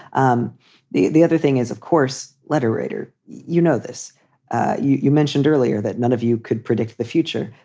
um the the other thing is, of course, letter writer, you know this you you mentioned earlier that none of you could predict the future.